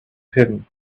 hidden